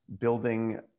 building